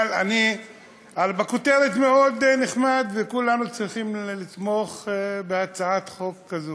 אבל בכותרת נחמד מאוד וכולנו צריכים לתמוך בהצעת חוק כזו.